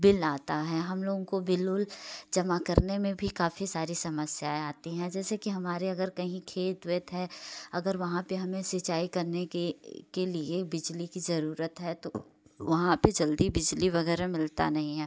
bill आता है हम लोगों को बिल उल जमा करने में भी काफ़ी सारी समस्याएँ आती हैं जैसे कि हमारे अगर कहीं खेत वेत है अगर वहाँ पर हमें सिंचाई करने की के लिए बिजली की ज़रूरत है तो वहाँ पे जल्दी बिजली वगैरह मिलता नहीं है